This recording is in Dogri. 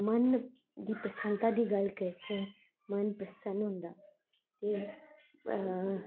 मन दी पसंदा दी गल्ल करचै मन प्रसन्न होंदा ते